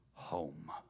home